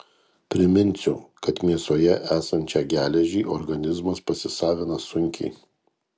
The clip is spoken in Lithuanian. priminsiu kad mėsoje esančią geležį organizmas pasisavina sunkiai